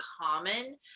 common